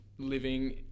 living